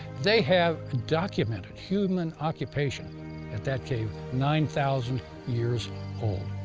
they have documented human occupation at that cave nine thousand years old.